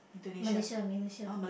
Malaysia Malaysia